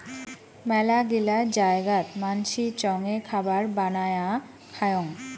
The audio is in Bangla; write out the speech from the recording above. মেলাগিলা জায়গাত মানসি চঙে খাবার বানায়া খায়ং